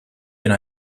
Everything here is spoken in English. been